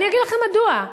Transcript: אני אגיד לכם מדוע,